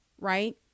Right